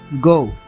Go